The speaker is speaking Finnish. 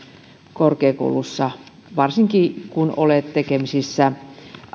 korkeakouluissa varsinkin kun ollaan tekemisissä